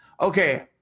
Okay